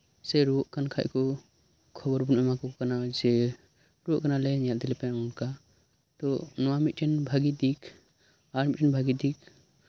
ᱥᱮ ᱨᱩᱣᱟᱹᱜ ᱠᱟᱱ ᱠᱷᱟᱱ ᱠᱚ ᱠᱷᱚᱵᱚᱨ ᱵᱚᱱ ᱮᱢᱟ ᱠᱚᱣᱟ ᱡᱮ ᱨᱩᱣᱟᱹᱜ ᱠᱟᱱᱟᱞᱮ ᱧᱮᱞ ᱤᱫᱤ ᱞᱮᱯᱮ ᱱᱚᱝᱠᱟ ᱱᱚᱣᱟ ᱢᱤᱫᱴᱮᱱ ᱵᱷᱟᱹᱜᱤ ᱫᱤᱠ ᱟᱨ ᱢᱤᱫᱴᱮᱱ ᱵᱷᱟᱹᱜᱤ ᱫᱤᱠ